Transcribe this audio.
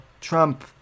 Trump